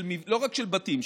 לא רק של בתים,